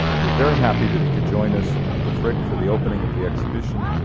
we are very happy that he could join us at the frick for the opening of the exhibition,